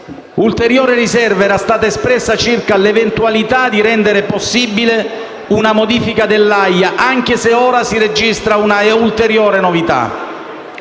ulteriore riserva era stata espressa circa l'eventualità di rendere possibile una modifica dell'AIA, anche se ora si registra una ulteriore novità: